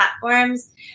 platforms